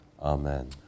Amen